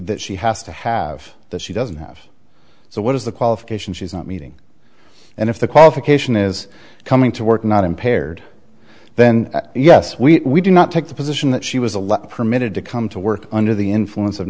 that she has to have the she doesn't have so what is the qualifications she's not meeting and if the qualification is coming to work not impaired then yes we do not take the position that she was a lot permitted to come to work under the influence of